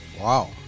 Wow